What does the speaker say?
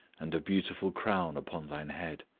and a beautiful crown upon thine head